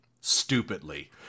stupidly